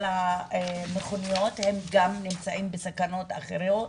המכוניות - הם גם נמצאים בסכנות אחרות.